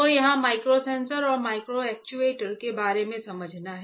तो यहां माइक्रोसेंसर और माइक्रो एक्ट्यूएटर के बारे में समझना है